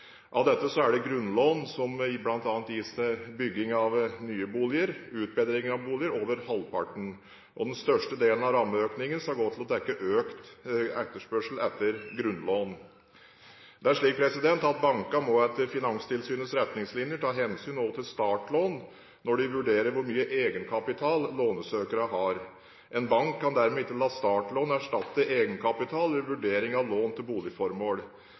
Av dette utgjorde grunnlån, som gis bl.a. til bygging av nye boliger, utbedring av boliger, over halvparten. Den største delen av rammeøkningen skal gå til å dekke økt etterspørsel etter grunnlån. Bankene må etter Finanstilsynets retningslinjer ta hensyn også til startlån når de vurderer hvor mye egenkapital lånesøkerne har. En bank kan dermed ikke la startlån erstatte egenkapital ved vurdering av lån til boligformål.